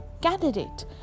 candidate